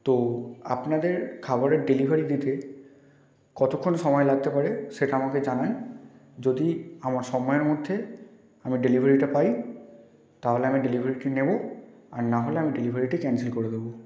তো আপনাদের খাবারের ডেলিভারি দিতে কতক্ষণ সময় লাগতে পারে সেটা আমাকে জানান যদি আমার সময়ের মধ্যে আমার ডেলিভারিটা পাই তাহলে আমি ডেলিভারিটি নেব আর নাহলে আমি ডেলিভারিটি ক্যান্সেল করে দেব